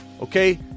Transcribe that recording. Okay